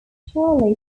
charley